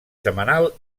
setmanal